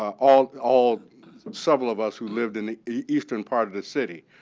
all all several of us who lived in the eastern part of the city,